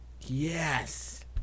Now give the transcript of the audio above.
Yes